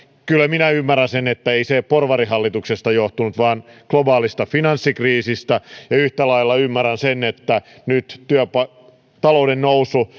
kyllä minä ymmärrän sen että ei se porvarihallituksesta johtunut vaan globaalista finanssikriisistä ja yhtä lailla ymmärrän sen että nyt talouden nousu